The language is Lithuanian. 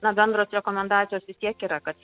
na bendros rekomendacijos vis tiek yra kad